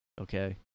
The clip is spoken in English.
Okay